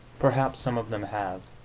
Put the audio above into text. perhaps some of them have